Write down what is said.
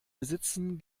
besitzen